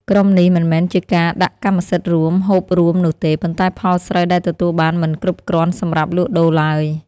ក្រុមនេះមិនមែនជាការ "ដាក់កម្មសិទ្ធិរួម ហូបរួម" នោះទេ ប៉ុន្តែផលស្រូវដែលទទួលបានមិនគ្រប់គ្រាន់សម្រាប់លក់ដូរឡើយ។